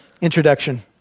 introduction